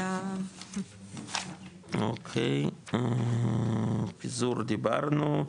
אוקי, פיזור דיברנו,